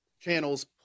channels